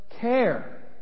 care